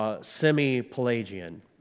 semi-Pelagian